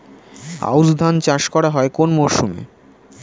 আউশ ধান চাষ করা হয় কোন মরশুমে?